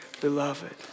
beloved